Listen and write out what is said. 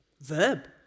verb